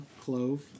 clove